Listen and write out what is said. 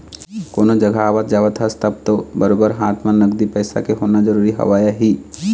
कोनो जघा आवत जावत हस तब तो बरोबर हाथ म नगदी पइसा के होना जरुरी हवय ही